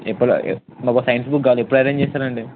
ఎప్పుడు మా ఒక సైన్స్ బుక్ కాదు ఎప్పుడు అరేంజ్ చేస్తారు అండి